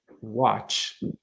watch